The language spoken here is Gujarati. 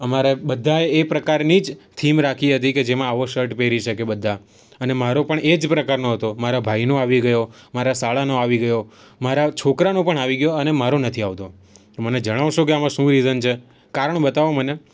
અમારે બધા એ પ્રકારની જ થીમ રાખી હતી કે જેમાં આવો શર્ટ પહેરી શકે બધા અને મારો પણ એ જ પ્રકારનો હતો મારા ભાઈનો આવી ગયો મારા સાળાનો આવી ગયો મારા છોકરાનો પણ આવી ગયો અને મારો નથી આવતો મને જણાવશો કે આમાં શું રિઝન છે કારણ બતાવો મને